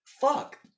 fuck